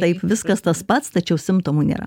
taip viskas tas pats tačiau simptomų nėra